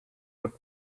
would